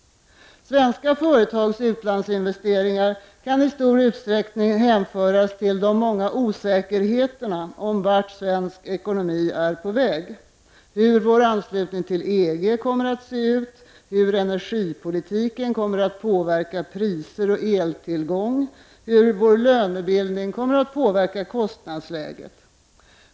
Svenska företags utlandsinvesteringar kan i stor utsträckning hänföras till de många osäkerheterna om vart Sveriges ekonomi är på väg — hur Sveriges anslutning till EG kommer att se ut, hur energipolitiken kommer att påverka priser och eltillgång samt hur vår lönebildning kommer att påverka kostnadsläget.